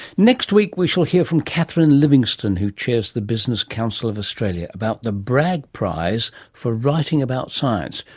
next week we will hear from catherine livingstone, who chairs the business council of australia, about the bragg prize for writing about science,